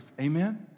Amen